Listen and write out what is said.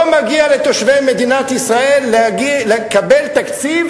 לא מגיע לתושבי מדינת ישראל לקבל תקציב